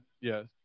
Yes